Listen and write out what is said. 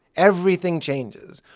everything changes.